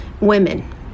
women